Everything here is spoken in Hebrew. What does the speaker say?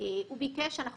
אני חושב שאתם